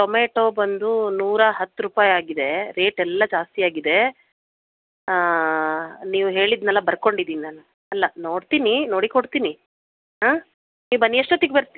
tomato ಬಂದು ನೂರಹತ್ತು ರೂಪಾಯಿ ಆಗಿದೆ ರೇಟ್ ಎಲ್ಲ ಜಾಸ್ತಿ ಆಗಿದೆ ನೀವು ಹೇಳಿದ್ನೆಲ್ಲ ಬರ್ಕೊಂಡಿದಿನಿ ನಾನು ಅಲ್ಲ ನೋಡ್ತೀನಿ ನೋಡಿ ಕೊಡ್ತೀನಿ ಹಾಂ ನೀವು ಬನ್ನಿ ಎಷ್ಟೊತ್ತಿಗೆ ಬರ್ತಿ